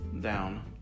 down